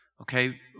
okay